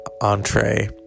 entree